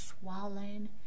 swollen